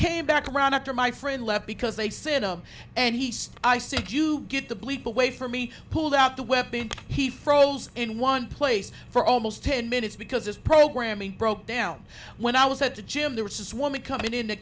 came back around after my friend left because they said i'm and he said i said you get the bleep away from me pulled out the weapon and he froze in one place for almost ten minutes because his programming broke down when i was at the gym there was this woman coming in to